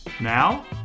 Now